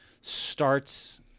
starts